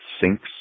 sinks